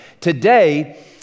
Today